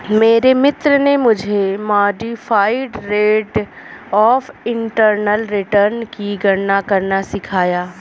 मेरे मित्र ने मुझे modified rate of internal return की गणना करना सिखाया